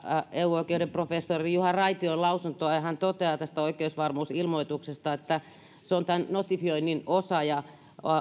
eu oikeuden professori juha raition lausuntoa kahdeskymmenesneljäs toista ja hän toteaa oikeusvarmuusilmoituksesta että se on tämän notifioinnin osa ja